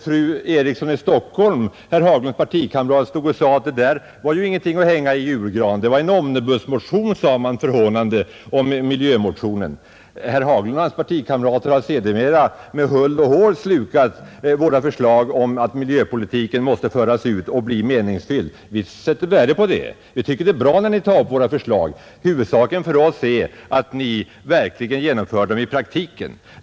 Fru Eriksson i Stockholm, herr Haglunds partikamrat, sade att det var ju ingenting att hänga i julgranen. Man kallade den hånfullt för en omnibusmotion. Herr Haglund och hans partikamrater har sedermera med hull och hår slukat våra förslag om att miljöpolitiken måste föras ut och bli meningsfylld. Vi sätter värde på det. Vi tycker att det är bra när ni tar upp våra förslag. Huvudsaken för oss är att ni verkligen genomför dem i praktiken.